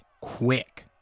quick